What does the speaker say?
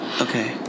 Okay